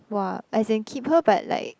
!wah! as in keep her but like